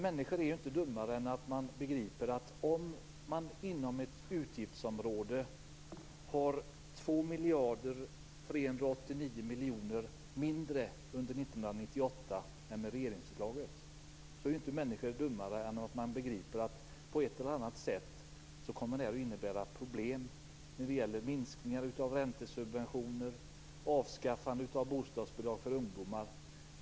miljoner mindre för 1998 än vad regeringens förslag innebär. Människor är inte dummare än att de begriper att det på ett eller annat sätt kommer att innebära problem. Det gäller minskningar av räntesubventioner och avskaffande av bostadsbidrag för ungdomar.